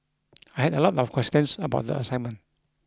I had a lot of questions about the assignment